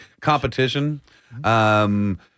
competition